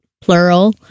plural